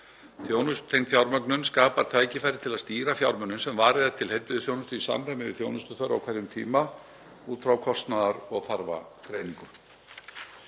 Þjónustutengd fjármögnun skapar tækifæri til að stýra fjármunum sem varið er til heilbrigðisþjónustu í samræmi við þjónustuþörf á hverjum tíma út frá kostnaðar- og þarfagreiningu.